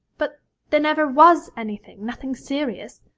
but there never was anything nothing serious.